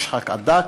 נשחק עד דק,